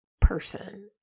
person